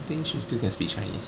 you think she still can speak chinese